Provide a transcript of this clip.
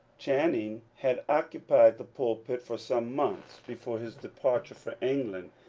channing had occupied the pulpit for some months before his departure for england,